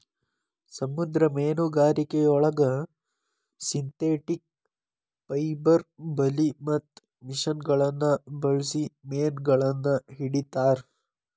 ಸಮುದ್ರ ಮೇನುಗಾರಿಕೆಯೊಳಗ synthetic fibre ಬಲಿ ಮತ್ತ ಮಷಿನಗಳನ್ನ ಬಳ್ಸಿ ಮೇನಗಳನ್ನ ಹಿಡೇತಾರ